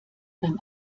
beim